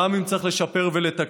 גם אם צריך לשפר ולתקן,